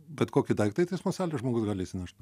bet kokį daiktą į teismo salę žmogus gali išsinešt